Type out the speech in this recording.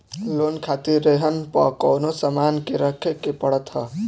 loan खातिर रेहन पअ कवनो सामान के रखे के पड़त हअ